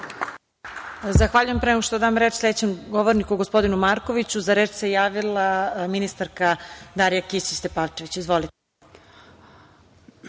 Zahvaljujem. Pre nego što dam reč sledećem govorniku, gospodinu Markoviću, za reč se javila ministarka Darija Kisić Tepavčević. Izvolite.